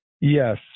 Yes